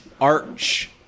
arch